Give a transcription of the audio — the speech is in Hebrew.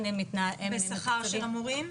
בשכר של המורים?